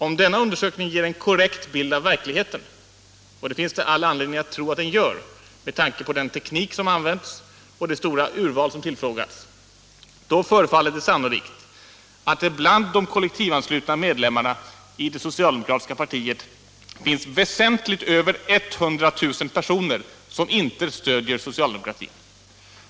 Om denna undersökning ger en korrekt bild av verkligheten — och det finns det all anledning att tro att den gör, med tanke på den teknik som använts och det stora urval 91 som tillfrågats — då förefaller det sannolikt att det bland de kollektivanslutna medlemmarna i det socialdemokratiska partiet finns väsentligt över 100 000 personer som inte stöder socialdemokratin.